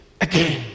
again